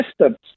assistance